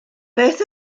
beth